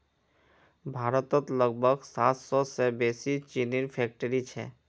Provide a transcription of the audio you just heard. भारतत लगभग सात सौ से बेसि चीनीर फैक्ट्रि छे